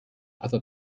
other